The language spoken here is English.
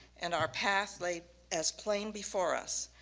and our path laid as plain before us.